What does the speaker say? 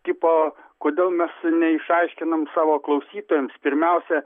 tipo kodėl mes neišaiškinam savo klausytojams pirmiausia